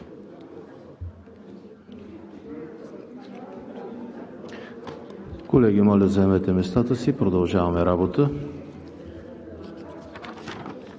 Колеги, моля заемете местата си – продължаваме работа.